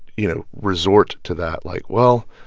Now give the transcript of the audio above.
you know, resort to that, like, well,